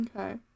Okay